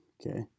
Okay